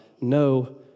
no